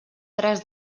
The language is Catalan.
tres